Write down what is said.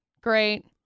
Great